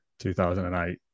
2008